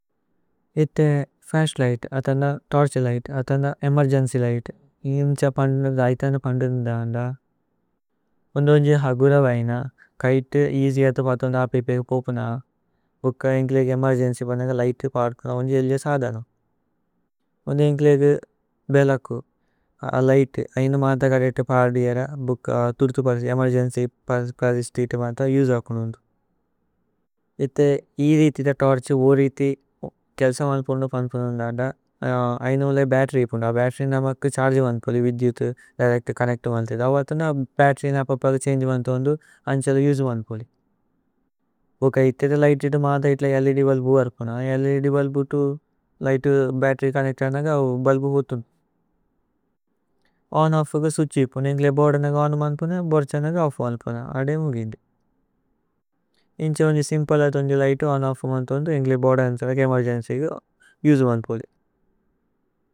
ഇത്ഥേ flash light അത ന torch light അത ന ഏമേര്ഗേന്ച്യ്। ലിഘ്ത് ഇന്ഛ പന്ദിന്ദന്ദ ഐഥ ന പന്ദിന്ദന്ദ അന്ദ। ഉന്ദു ഓന്ജി ഹഗുര വൈന കൈതു ഏഅസ്യ് അതു പോഥു അന്ധ। അപി പേഗു പോപുന ഭുക്ക ഏന്ക്ലേഗേ ഏമേര്ഗേന്ച്യ് ബനഗ। ലിഘ്ത് പര്പുന ഓന്ജി ഏല്ജ സദനമ് ഉന്ദു ഏന്ക്ലേഗേ ബേലകു। അ ലിഘ്ത് ഐനു മാഥ കദേതു പര്ദിഏര ഭുക്ക ദുര്ഥു। പരിസി ഏമേര്ഗേന്ച്യ് പരിസി സ്തിതി മാഥ ഉസേ അകുനു ഓന്ദു। ഇത്ഥേ ഈ രീഥിത തോര്ഛ് ഊര് രീഥി। കേല്സ വന്പുന്ദു പന്പുന്ദു അന്ധദ ഐന ഉലേ ബത്തേര്യ്। പുന്ദു അ ബത്തേര്യ് ന മക്കു ഛര്ഗേ വന്പുന്ദു വിദ്യുതു। ദിരേക്ത ചോന്നേച്തു മല്തേ അവത ന ബത്തേര്യ് ന പപ്പു। അഗ ഛന്ഗേ വന്പുന്ദു അന്ഛ ല ഉസേ വന്പുന്ദു ഭുക്ക। ഇത്ഥേ ലിഘ്ത് ഇതു മാഥ ഇത്ല ലേദ് ബുല്ബു വര്പുന। ലേദ് ബുല്ബു തു ലിഘ്തു ബത്തേര്യ് ചോന്നേച്തു അനഗ ബുല്ബു। ഹോതുനു ഓന് ഓഫ്ഫുഗു സ്വിത്ഛി പുന്ദു ഏന്ക്ലേ। ബോഅര്ദന ഗഓനു വന്പുന്ദു। ഭോഅര്ദ്ഛന ഗ ഓഫ്ഫു। വന്പുന്ദു അന്ഛ സിമ്പല ലിഘ്തു ഓന് ഓഫ്ഫു। വന്പുന്ദു ഏന്ക്ലേ ബോഅര്ദന ഗഓനു ഉസേ വന്പുന്ദു।